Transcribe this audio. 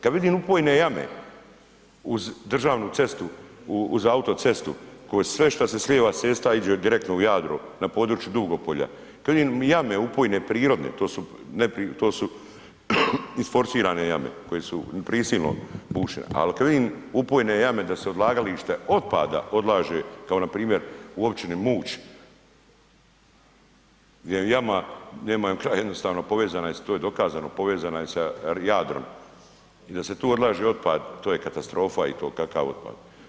Kad vidim …/nerazumljivo/… jame uz državnu cestu uz autocestu koje sve što se slijeva s cesta iđe direktno u Jadro na području Pugopolja, kad vidim jame upojne prirodne to su isforsirane koje su prisilno bušene, ali kad vidim upojne jame da su odlagalište otpada odlaže kao npr. u općini Muć gdje je jama nema joj kraja jednostavno povezana je to je dokazano, povezana je sa Jadrom i da se tu odlaže otpad, to je katastrofa i to kakav otpad.